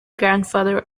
grandfather